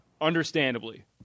Understandably